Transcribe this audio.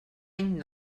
any